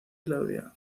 claudia